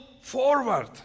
forward